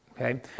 okay